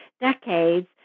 decades